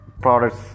products